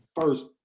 first